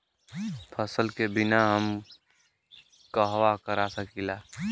फसल के बिमा हम कहवा करा सकीला?